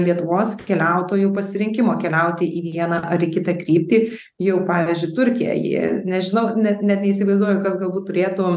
lietuvos keliautojų pasirinkimo keliauti į vieną ar į kitą kryptį jau pavyzdžiui turkija jie nežinau net ne neįsivaizduoju kas galbūt turėtų